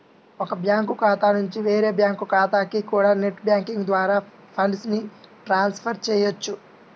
ఒక బ్యాంకు ఖాతా నుంచి వేరే బ్యాంకు ఖాతాకి కూడా నెట్ బ్యాంకింగ్ ద్వారా ఫండ్స్ ని ట్రాన్స్ ఫర్ చెయ్యొచ్చు